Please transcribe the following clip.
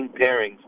pairings